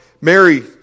Mary